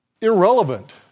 irrelevant